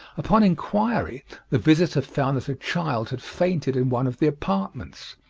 upon inquiry the visitor found that a child had fainted in one of the apartments.